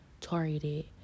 targeted